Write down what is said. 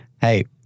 Hey